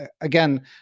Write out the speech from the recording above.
again